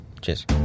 Cheers